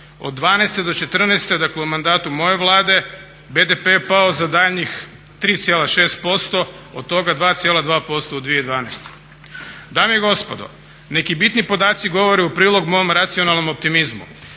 od 2012.do 2014.dakle u mandatu moje Vlade, BDP je pao za daljnjih 3,6% od toga 2,2% u 2012. Dame i gospodo, neki bitni podaci govore u prilog mom racionalnom optimizmu.